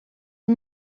est